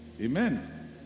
Amen